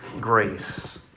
grace